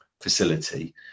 facility